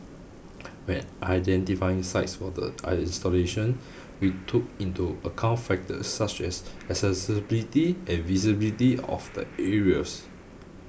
when identifying sites for the installations we took into account factors such as accessibility and visibility of the areas